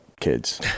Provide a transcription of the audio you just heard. kids